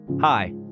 Hi